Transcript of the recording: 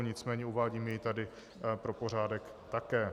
Nicméně uvádím jej tady pro pořádek také.